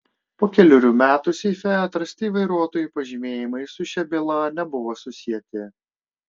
po kelerių metų seife atrasti vairuotojų pažymėjimai su šia byla nebuvo susieti